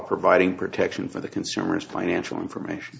providing protection for the consumers financial information